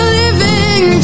living